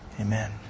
Amen